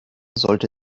sollte